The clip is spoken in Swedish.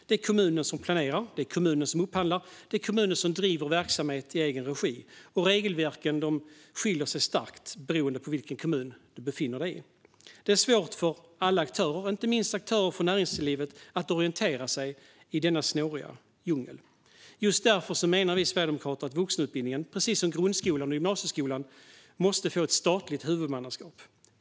Det är kommunen som planerar. Det är kommunen som upphandlar. Det är kommunen som driver verksamhet i egen regi. Regelverken skiljer sig dessutom starkt beroende på vilken kommun du befinner dig i. Det är svårt för alla aktörer, inte minst för aktörer från näringslivet, att orientera sig i denna snåriga djungel. Just därför menar vi sverigedemokrater att vuxenutbildningen, precis som grundskolan och gymnasieskolan, måste få ett statligt huvudmannaskap.